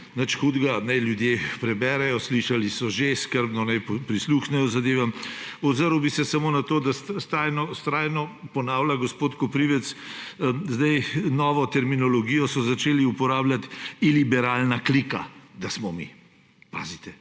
Nič hudega, naj ljudje preberejo, slišali so že, skrbno naj prisluhnejo zadevam. Ozrl bi se samo na to, da vztrajno ponavlja gospod Koprivc, novo terminologijo so začeli uporabljati – iliberalna klika, da smo mi. Pazite!